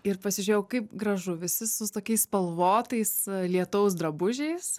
ir pasižiūrėjau kaip gražu visi su tokiais spalvotais lietaus drabužiais